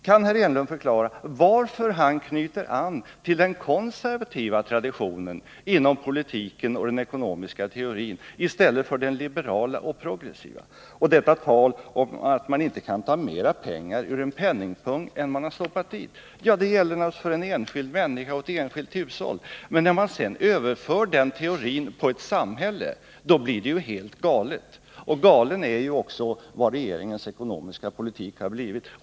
Kan herr Enlund förklara varför han knyter an till den konservativa traditionen inom politiken och den ekonomiska teorin i stället för till den liberala och progressiva? Talet om att man inte kan ta mera pengar ur en penningpung än man stoppat dit gäller för en enskild människa och för ett enskilt hushåll. Men när man sedan överför den teorin på ett samhälle blir det ju helt galet. Galen är också vad regeringens ekonomiska politik har blivit.